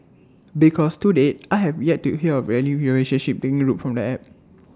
because to date I have yet to hear of any relationship taking root from the app